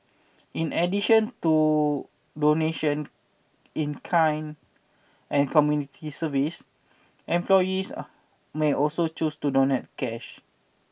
in addition to donation in kind and community service employees may also choose to donate cash